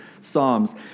Psalms